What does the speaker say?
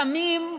תמים,